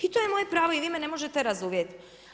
I to je moje pravo i vi me ne možete razuvjeriti.